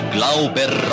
Glauber